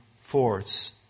force